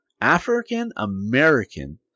African-American